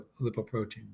lipoproteins